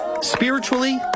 spiritually